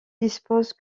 dispose